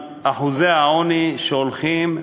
אחוזי על העוני ההולכים וגדלים,